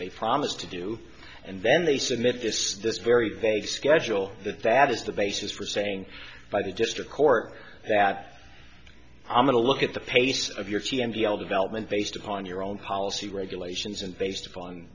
they promised to do and then they submit this this very day schedule that that is the basis for saying by the district court that i'm going to look at the pace of your t l development based on your own policy regulations and based upon